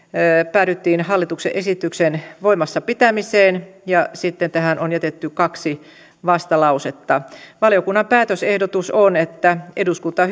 päädyttiin hallituksen esityksen voimassa pitämiseen sitten tähän on jätetty kaksi vastalausetta valiokunnan päätösehdotus on että eduskunta